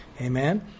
Amen